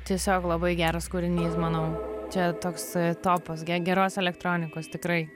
tiesiog labai geras kūrinys manau čia toks topas ge geros elektronikos tikrai